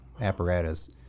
apparatus